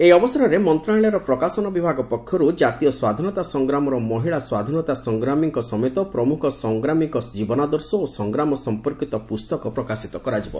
ଏହି ଅବସରରେ ମନ୍ତ୍ରଣାଳୟର ପ୍ରକାଶନ ବିଭାଗ ପକ୍ଷରୁ ଜାତୀୟ ସ୍ନାଧୀନତା ସଂଗ୍ରାମର ମହିଳା ସ୍ନାଧୀନତା ସଂଗ୍ରାମୀଙ୍କ ସମେତ ପ୍ରମ୍ରଖ ସଂଗ୍ରାମୀଙ୍କ ଜୀବନାଦର୍ଶ ଓ ସଂଗ୍ରାମ ସଂପର୍କିତ ପୁସ୍ତକ ପ୍ରକାଶିତ କରାଯିବ